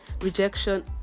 Rejection